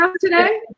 today